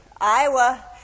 Iowa